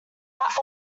that